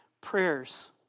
prayers